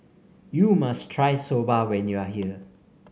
you must try Soba when you are here